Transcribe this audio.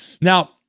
Now